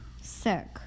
sick